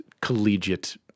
collegiate